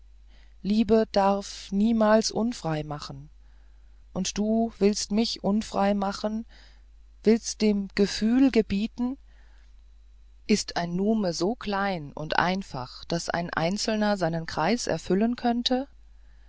liebe darf niemals unfrei machen und du willst mich unfrei machen willst dem gefühl gebieten ist ein nume so klein und einfach daß ein einzelner seinen kreis erfüllen könnte